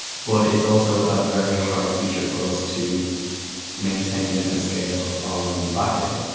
but it's also a very hard feature for us to maintain and scale on the backend.